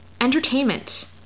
entertainment